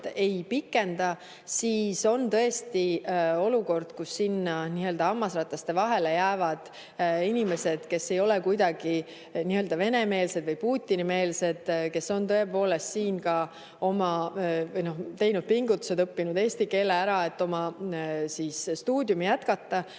ei pikenda, siis on tõesti olukord, kus hammasrataste vahele jäävad inimesed, kes ei ole kuidagi nii-öelda venemeelsed või Putini-meelsed, kes on tõepoolest teinud siin pingutusi, õppinud eesti keele ära, et oma stuudiumi jätkata.